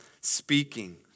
speaking